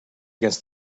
against